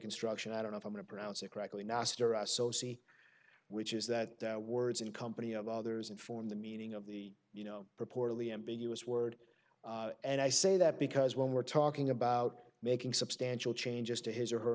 construction i don't know if i'm going to pronounce it correctly nasty or associate which is that words in company of others inform the meaning of the you know reportedly ambiguous word and i say that because when we're talking about making substantial changes to his or her